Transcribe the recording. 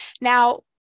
Now